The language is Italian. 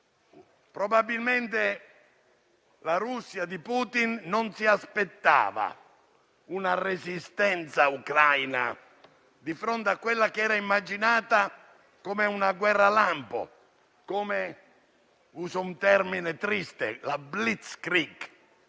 Probabilmente la Russia di Putin non si aspettava una resistenza ucraina di fronte a quella che era immaginata come una guerra lampo, come - uso un termine triste - la *blitzkrieg*.